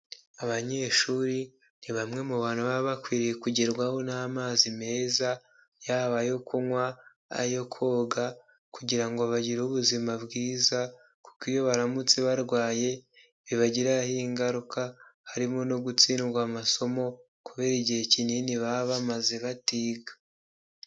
Abanyeshuri ni bamwe mu bantu baba bakwiye kugerwaho n'amazi meza yaba ayo kunywa, ayo koga, kugira ngo bagire ubuzima bwiza, kuko iyo baramutse barwaye bibagiraho ingaruka harimo no gutsindwa amasomo kubera igihe kinini baba bamaze batiga.